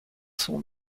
son